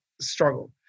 struggle